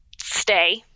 stay